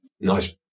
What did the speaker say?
nice